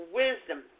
wisdom